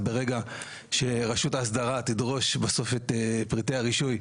ברגע שרשות האסדרה תדרוש בסוף את פריטי הרישוי ,